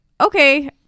okay